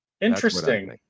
Interesting